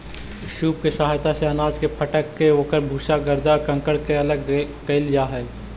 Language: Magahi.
सूप के सहायता से अनाज के फटक के ओकर भूसा, गर्दा, कंकड़ के अलग कईल जा हई